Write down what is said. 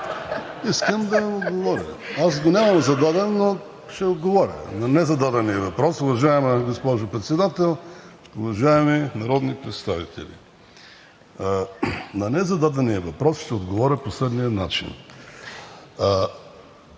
Искам да му отговоря. Аз го нямам зададен, но ще отговоря на незададения въпрос. Уважаема госпожо Председател, уважаеми народни представители! На незададения въпрос ще отговоря по следния начин.